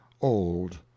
old